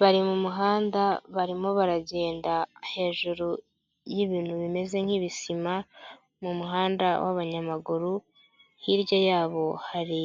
Bari mu muhanda, barimo baragenda hejuru y'ibintu bimeze nk'ibisima, mu muhanda w'abanyamaguru, hirya yabo hari